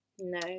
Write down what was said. No